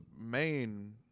main